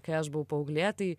kai aš buvau paauglė tai